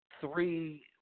Three